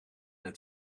het